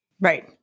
Right